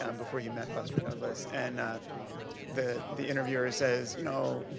um before he met buster douglas. and ah the the interviewer says, you know,